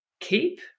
keep